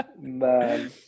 man